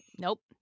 nope